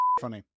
Funny